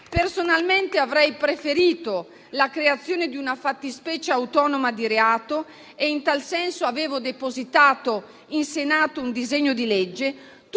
Personalmente, avrei preferito la creazione di una fattispecie autonoma di reato e in tal senso avevo depositato in Senato un disegno di legge,